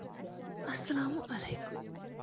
اَلسلام علیکُم